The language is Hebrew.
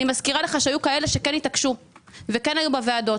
אני מזכירה לך שהיו כאלה שכן התעקשו וכן היו בוועדות.